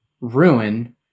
ruin